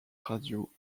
radio